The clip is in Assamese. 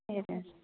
সেয়া